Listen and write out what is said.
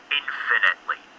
infinitely